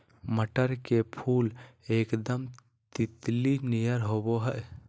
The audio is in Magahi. मटर के फुल एकदम तितली नियर होबा हइ